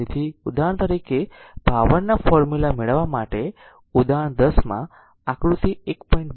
તેથી ઉદાહરણ તરીકે પાવર ના ફોર્મુલા મેળવવા માટે ઉદાહરણ 10 માં આકૃતિ 1